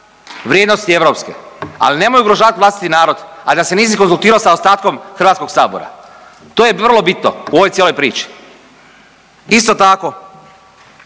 vrijednosti europske. Ali nemoj ugrožavat vlastiti narod, a da se nisi konzultirao sa ostatkom HS-a. To je vrlo bitno u ovoj cijeloj priči. Isto tako,